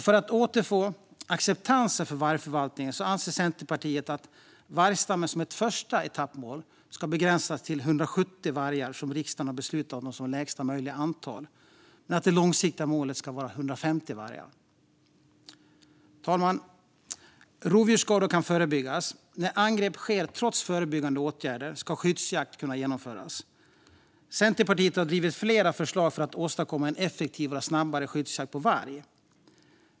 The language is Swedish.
För att återfå acceptansen för vargförvaltningen anser Centerpartiet att vargstammen som ett första etappmål ska begränsas till 170 vargar, som riksdagen har beslutat om som lägsta möjliga antal, men det långsiktiga målet ska vara 150 vargar. Fru talman! Rovdjursskador kan förebyggas. När angrepp sker trots förebyggande åtgärder ska skyddsjakt kunna genomföras. Centerpartiet har drivit flera förslag för att åstadkomma en effektivare och snabbare skyddsjakt på varg.